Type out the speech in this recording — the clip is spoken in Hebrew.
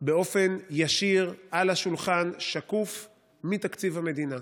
באופן ישיר, על השולחן, שקוף, מתקציב המדינה.